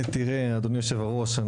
תראה אדוני היושב ראש,